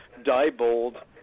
Diebold